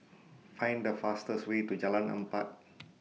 Find The fastest Way to Jalan Empat